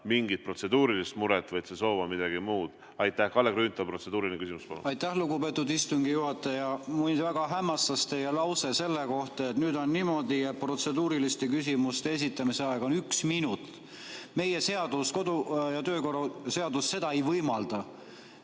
mingit protseduurilist muret, vaid soovitakse midagi muud. Kalle Grünthal, protseduuriline küsimus, palun! Aitäh, lugupeetud istungi juhataja! Mind väga hämmastas teie lause selle kohta, et nüüd on niimoodi ja protseduuriliste küsimuste esitamise aeg on üks minut. Meie kodu- ja töökorra seadus seda ei võimalda.